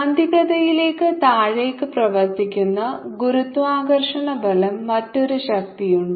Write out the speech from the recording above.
കാന്തികതയിലേക്ക് താഴേക്ക് പ്രവർത്തിക്കുന്ന ഗുരുത്വാകർഷണബലം മറ്റൊരു ശക്തിയുണ്ട്